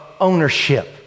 ownership